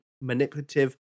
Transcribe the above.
manipulative